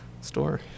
store